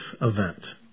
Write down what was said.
event